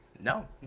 No